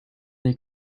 they